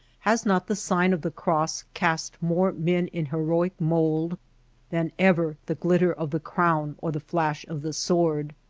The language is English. has not the sign of the cross cast more men in heroic mould than ever the glitter of the crown or the flash of the sword?